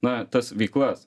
na tas veiklas